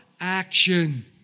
Action